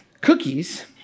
cookies